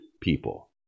people